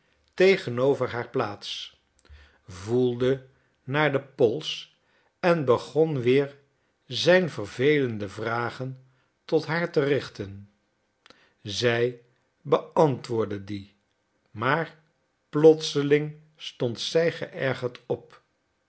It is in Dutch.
tegenover haar plaats voelde naar den pols en begon weer zijn vervelende vragen tot haar te richten zij beantwoordde die maar plotseling stond zij geërgerd op